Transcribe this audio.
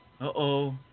Uh-oh